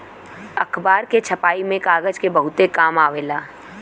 अखबार के छपाई में कागज के बहुते काम आवेला